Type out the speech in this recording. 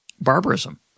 barbarism